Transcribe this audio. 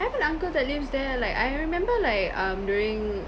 I have an uncle that lives there like I remember like um during